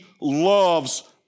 loves